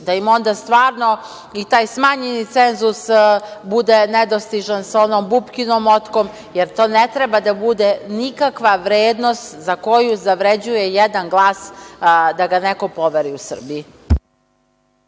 da im onda stvarno i taj smanjeni cenzus bude nedostižan sa onom Bupkinom motkom, jer to ne treba da bude nikakva vrednost za koju zavređuje jedan glas da ga neko poveri u Srbiji.